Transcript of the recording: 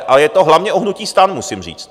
A je to hlavně o hnutí STAN, musím říct.